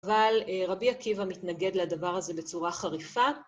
אבל רבי עקיבא מתנגד לדבר הזה בצורה חריפה.